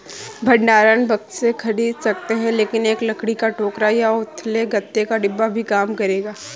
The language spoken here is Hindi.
भंडारण बक्से खरीद सकते हैं लेकिन एक लकड़ी का टोकरा या उथले गत्ते का डिब्बा भी काम करेगा